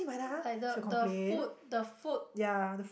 like the the food the food